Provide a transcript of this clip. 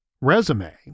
resume